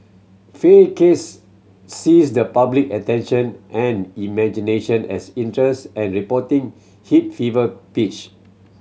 Fay case seized the public attention and imagination as interest and reporting hit fever pitch